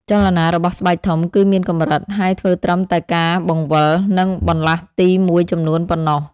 ចលនារបស់ស្បែកធំគឺមានកម្រិត ហើយធ្វើត្រឹមតែការបង្វិល និងបន្លាស់ទីមួយចំនួនប៉ុណ្ណោះ។